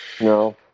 No